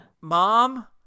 Mom